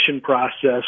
process